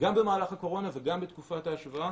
גם במהלך הקורונה וגם בתקופת ההשוואה